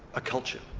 a culture.